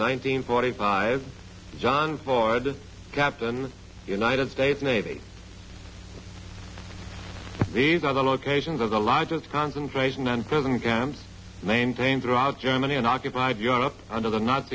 nineteen forty five john ford captain united states navy these are the locations of the largest concentration and prison camps maintained throughout germany in occupied europe under the n